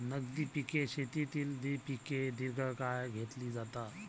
नगदी पिके शेतीतील पिके दीर्घकाळ घेतली जातात